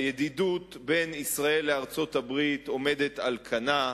הידידות בין ישראל לארצות-הברית עומדת על כנה.